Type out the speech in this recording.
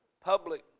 Public